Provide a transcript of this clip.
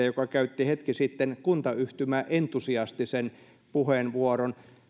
joka käytti hetki sitten kuntayhtymäentusiastisen puheenvuoron